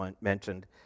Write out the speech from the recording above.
mentioned